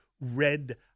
red